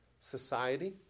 society